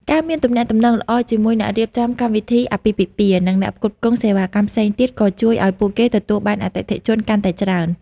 ការមានទំនាក់ទំនងល្អជាមួយអ្នករៀបចំកម្មវិធីអាពាហ៍ពិពាហ៍ និងអ្នកផ្គត់ផ្គង់សេវាកម្មផ្សេងទៀតក៏ជួយឱ្យពួកគេទទួលបានអតិថិជនកាន់តែច្រើន។